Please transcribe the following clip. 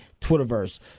Twitterverse